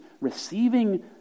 receiving